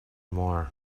more